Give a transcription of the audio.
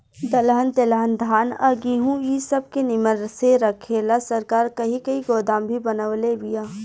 दलहन तेलहन धान आ गेहूँ इ सब के निमन से रखे ला सरकार कही कही गोदाम भी बनवले बिया